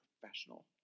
professional